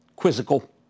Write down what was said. Quizzical